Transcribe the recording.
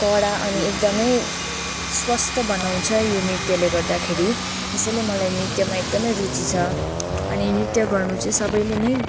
कडा अनि एकदमै स्वस्थ बनाउँछ यो नृत्यले गर्दाखेरि यसैले मलाई नृत्यमा एकदमै रुचि छ अनि नृत्य गर्नु चाहिँ सबैले नै